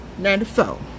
94